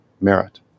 merit